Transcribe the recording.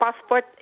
passport